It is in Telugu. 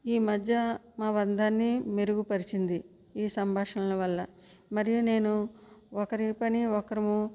ఈ మధ్య మా బంధాన్ని మెరుగుపరిచింది ఈ సంభాషణల వల్ల మరియు నేను ఒకరి పని ఒకరం